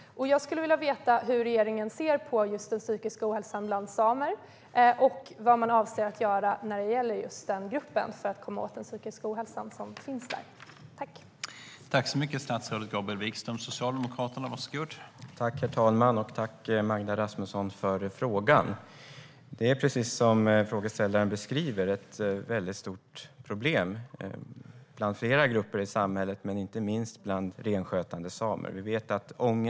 Jag skulle vilja veta hur regeringen ser på just den psykiska ohälsan bland samer och vad man avser att göra när det gäller att komma åt den psykiska ohälsa som finns i den gruppen.